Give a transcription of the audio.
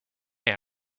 may